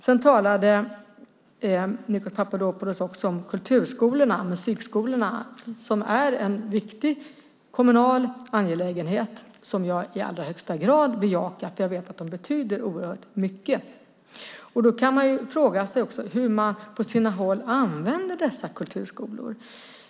Sedan talade Nikos Papadopoulos också om kulturskolorna, musikskolorna, som är en viktig kommunal angelägenhet. Jag bejakar dem i allra högsta grad, för jag vet att de betyder oerhört mycket. Då kan man fråga sig hur de på sina håll använder dessa kulturskolor.